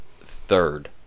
third